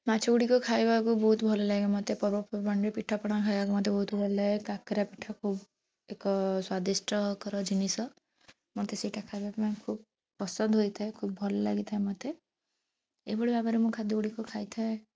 ମାଛ ଗୁଡ଼ିକ ଖାଇବାକୁ ବହୁତ ଭଲ ଲାଗେ ମୋତେ ପର୍ବପର୍ବାଣୀରେ ପିଠାପଣା ଖାଇବାକୁ ମୋତେ ବହୁତ ଭଲ ଲାଗେ କାକରା ପିଠା ଖୁବ୍ ଏକ ସ୍ୱାଦିଷ୍ଟକର ଜିନିଷ ମୋତେ ସେଇଟା ଖାଇବା ପାଇଁ ଖୁବ୍ ପସନ୍ଦ ହୋଇଥାଏ ଖୁବ୍ ଭଲ ଲାଗିଥାଏ ମୋତେ ଏଭଳି ଭାବରେ ମୁଁ ଖାଦ୍ୟ ଗୁଡ଼ିକୁ ଖାଇଥାଏ